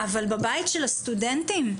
אבל בבית של הסטודנטים,